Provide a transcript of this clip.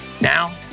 Now